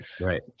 right